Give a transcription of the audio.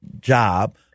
job